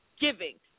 giving